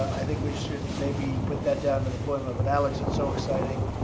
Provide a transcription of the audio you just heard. i think we should maybe put that down in the form of it. alex, that's so exciting.